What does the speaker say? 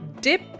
dip